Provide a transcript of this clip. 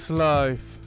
life